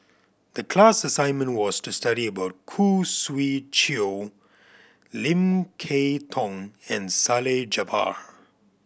the class assignment was to study about Khoo Swee Chiow Lim Kay Tong and Salleh Japar